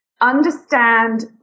understand